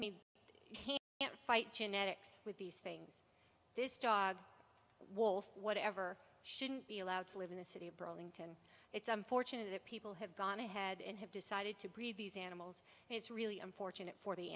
mean can't fight genetics with these things this dog wolf whatever shouldn't be allowed to live in the city of burlington it's unfortunate that people have gone ahead and have decided to breed these animals and it's really unfortunate for the